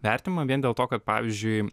vertinimą vien dėl to kad pavyzdžiui